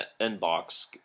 inbox